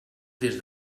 des